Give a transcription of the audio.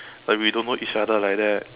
like we don't know each other like that